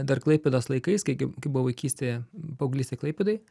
dar klaipėdos laikais kai kai kaip buvo vaikystėje paauglystė klaipėdoj